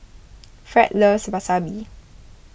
Fred loves Wasabi